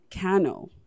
Cano